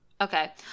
Okay